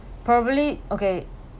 probably okay